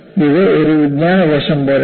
ഇത് ഒരു വിജ്ഞാനകോശം പോലെയാണ്